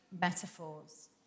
metaphors